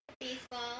baseball